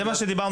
על זה דיברנו.